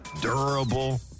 durable